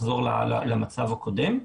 לחזור למצב הקודם.